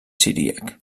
siríac